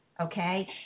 Okay